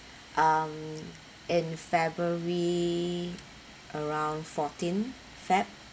um in february around fourteen feb~